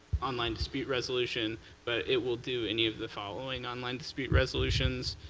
online dispute resolution but it will do any of the following online dispute resolutions.